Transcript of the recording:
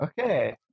Okay